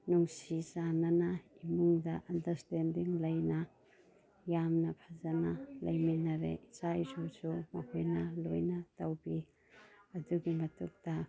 ꯅꯨꯡꯁꯤ ꯆꯥꯟꯅꯅ ꯏꯃꯨꯡꯗ ꯑꯟꯗꯁꯇꯦꯟꯗꯤꯡ ꯂꯩꯅ ꯌꯥꯝꯅ ꯐꯖꯅ ꯂꯩꯃꯤꯟꯅꯔꯦ ꯏꯆꯥ ꯏꯁꯨꯁꯨ ꯃꯈꯣꯏꯅ ꯂꯣꯏꯅ ꯇꯧꯕꯤ ꯑꯗꯨꯒꯤ ꯃꯊꯛꯇ